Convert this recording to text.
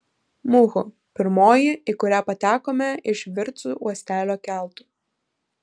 muhu pirmoji į kurią patekome iš virtsu uostelio keltu